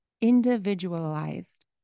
individualized